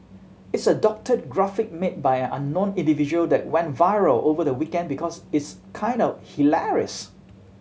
it's a doctored graphic made by an unknown individual that went viral over the weekend because it's kinda hilarious